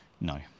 No